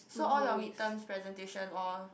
so all you midterm presentation all